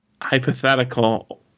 hypothetical